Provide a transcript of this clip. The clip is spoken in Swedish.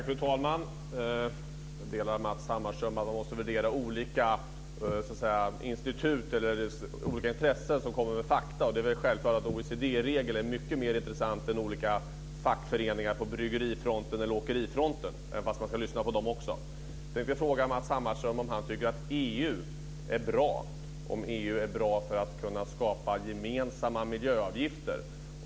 Fru talman! Jag delar Matz Hammarströms åsikt att man måste värdera fakta som kommer från olika institut eller intressen på olika sätt. Och det är väl självklart att OECD i regel är mycket mer intressant än olika fackföreningar på bryggerifronten eller åkerifronten, även om man ska lyssna på dem också. Jag tänkte fråga Matz Hammarström om han tycker att EU är bra för att kunna skapa gemensamma miljöavgifter.